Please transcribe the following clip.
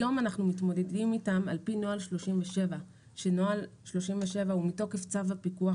היום אנחנו מתמודדים אתם על פי נוהל 37. נוהל 37 הוא מתוקף צו הפיקוח